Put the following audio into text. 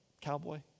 cowboy